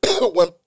One